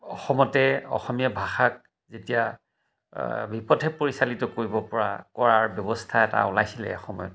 অসমতে অসমীয়া ভাষাক যেতিয়া বিপথে পৰিচালিত কৰিব পৰা কৰাৰ ব্যৱস্থা এটা ওলাইছিলে এসময়ত